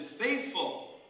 faithful